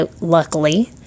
luckily